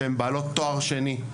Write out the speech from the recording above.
שהן בעלות תואר שני,